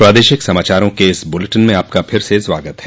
प्रादेशिक समाचारों के इस बुलेटिन में आपका फिर से स्वागत है